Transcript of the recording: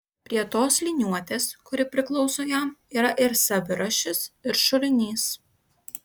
prie tos liniuotės kuri priklauso jam yra ir savirašis ir šulinys